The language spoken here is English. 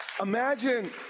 Imagine